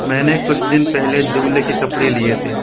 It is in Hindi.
मैंने कुछ दिन पहले दूल्हे के कपड़े लिए थे